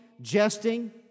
jesting